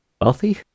wealthy